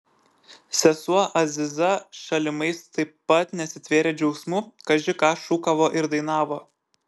sesuo aziza šalimais taip pat nesitvėrė džiaugsmu kaži ką šūkavo ir dainavo